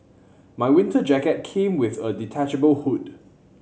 my winter jacket came with a detachable hood